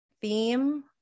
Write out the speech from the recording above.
theme